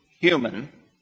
human